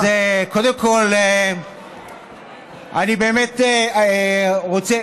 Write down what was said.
אז קודם כול, אני באמת רוצה